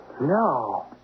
No